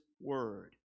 Word